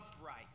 upright